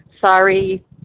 sorry